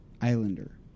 Islander